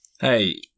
hey